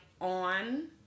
on